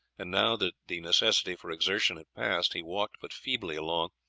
and now that the necessity for exertion had passed he walked but feebly along.